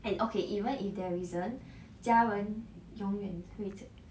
and okay even if there isn't 家人永远会在